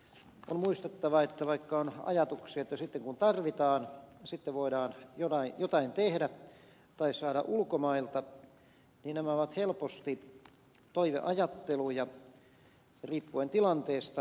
on muistettava että vaikka on ajatuksia että sitten kun tarvitaan voidaan jotain tehdä tai saada ulkomailta niin nämä ovat helposti toiveajatteluja riippuen tilanteesta